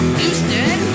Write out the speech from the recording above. Houston